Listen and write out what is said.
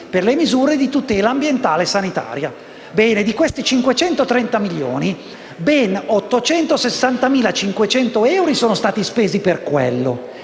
per le misure di tutela ambientale e sanitaria. Ebbene, di questi 530 milioni di euro, 860.500 euro sono stati spesi per quello